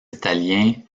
italiens